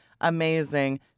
amazing